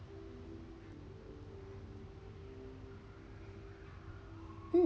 mm